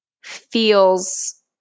feels